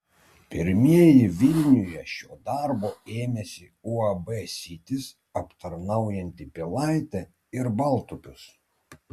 pirmieji vilniuje šio darbo ėmėsi uab sitis aptarnaujanti pilaitę ir baltupius